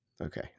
Okay